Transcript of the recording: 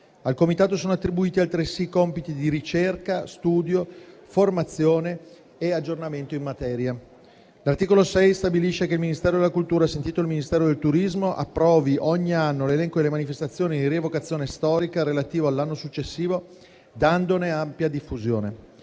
Al comitato sono attribuiti altresì compiti di ricerca, studio, formazione e aggiornamento in materia. L'articolo 6 stabilisce che il Ministero della cultura, sentito il Ministero del turismo, approvi ogni anno l'elenco delle manifestazioni di rievocazione storica relativo all'anno successivo dandone ampia diffusione.